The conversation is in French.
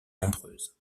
nombreuse